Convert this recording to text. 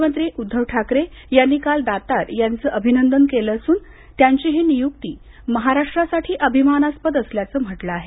मुख्यमंत्री उद्धव ठाकरे यांनी काल दातार यांचं अभिनंदन केलं असून त्यांची ही नियुक्ती महाराष्ट्रासाठी अभिमानास्पद असल्याचं म्हटलं आहे